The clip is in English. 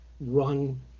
Run